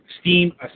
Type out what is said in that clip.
Steam